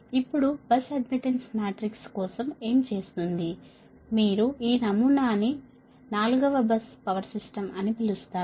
ఇప్పుడు bus admittance matrix కోసం ఏమి చేస్తుంది మీరు ఈ నమూనా ని 4 వ బస్ పవర్ సిస్టమ్ అని పిలుస్తారు